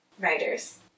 writers